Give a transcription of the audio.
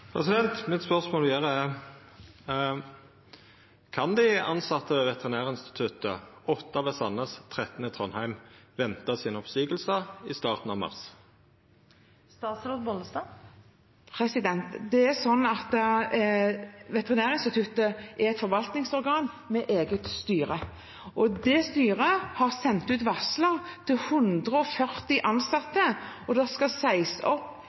Mitt spørsmål vidare er: Kan dei tilsette ved Veterinærinstituttet, 8 i Sandnes og 13 i Trondheim, venta oppseiingar i starten av mars? Det er sånn at Veterinærinstituttet er et forvaltningsorgan med eget styre. Det styret har sendt ut varsler til 140 ansatte, og det skal sies opp